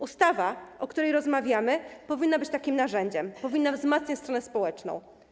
Ustawa, o której rozmawiamy, powinna być takim narzędziem, powinna wzmacniać stronę społeczną.